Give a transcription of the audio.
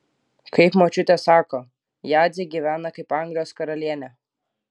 kaip močiutė sako jadzė gyvena kaip anglijos karalienė